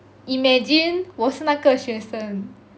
imagine 我是那个学生